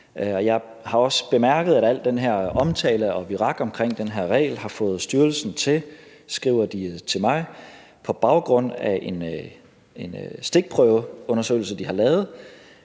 Jeg har også bemærket, at al den omtale og virak om den her regel har fået styrelsen til – skriver de til mig – på baggrund af en stikprøveundersøgelse, de har lavet,